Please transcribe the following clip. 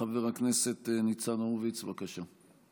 חבר הכנסת ניצן הורוביץ, בבקשה.